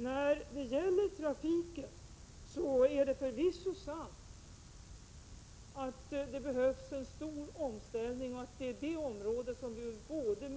När det gäller trafiken är det förvisso sant att det behövs en stor omställning och att det är detta område som vi ur både